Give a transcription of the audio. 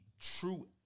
true